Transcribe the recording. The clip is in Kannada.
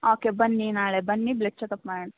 ಓಕೆ ಬನ್ನಿ ನಾಳೆ ಬನ್ನಿ ಬ್ಲಡ್ ಚೆಕಪ್ ಮಾಡೋಣ